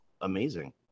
amazing